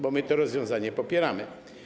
Bo my to rozwiązanie popieramy.